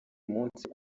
munsi